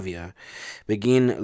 Begin